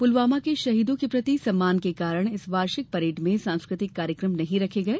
पुलवामा के शहीदों के प्रति सम्मान के कारण इस वार्षिक परेड में सांस्कृतिक कार्यक्रम नहीं रखे गए